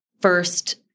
first